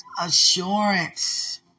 assurance